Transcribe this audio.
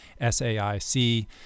SAIC